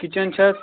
kitchen چھُ اَتھ